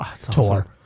Tour